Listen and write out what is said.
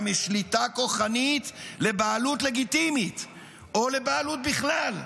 משליטה כוחנית לבעלות לגיטימית או לבעלות בכלל.